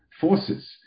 forces